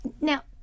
Now